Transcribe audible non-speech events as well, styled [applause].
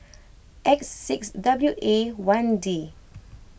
X six W A one D [noise]